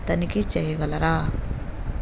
తనిఖీ చెయ్యగలరా